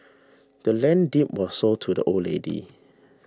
the land's deed was sold to the old lady